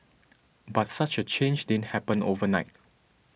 but such a change didn't happen overnight